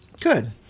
Good